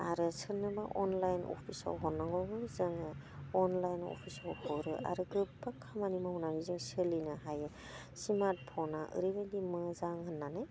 आरो सोरनोबा अनलाइन अफिसाव हरनांगौब्लाबो जोङो अनलाइन अफिसाव हरो आरो गोबां खामानि मावनानै जों सोलिनो हायो स्मार्टफ'ना ओरैबायदि मोजां होननानै